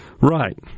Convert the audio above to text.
Right